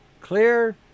clear